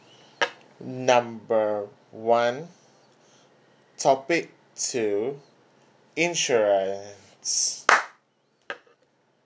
number one topic two insurance